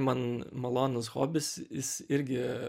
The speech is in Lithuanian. man malonus hobis jis irgi